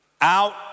out